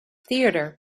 theater